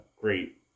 great